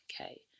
okay